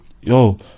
yo